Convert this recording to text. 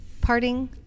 parting